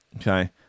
okay